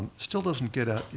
still doesn't get at,